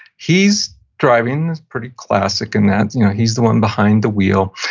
he's driving, that's pretty classic in that you know he's the one behind the wheel,